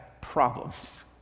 problems